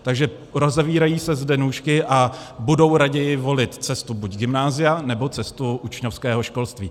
Takže rozevírají se zde nůžky a budou raději volit cestu buď gymnázia, nebo cestu učňovského školství.